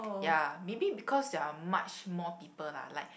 ya maybe because there are much more people lah like